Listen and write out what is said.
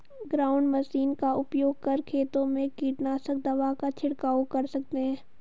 ground machine का उपयोग कर खेतों में कीटनाशक दवा का झिड़काव कर सकते है